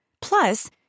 Plus